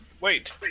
wait